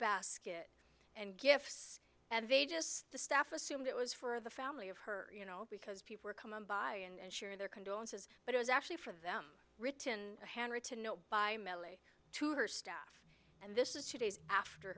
basket and gifts and they just the staff assumed it was for the family of her you know because people are coming by and share their condolences but it was actually for them written a handwritten note by mellie to her staff and this is two days after